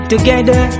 Together